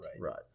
Right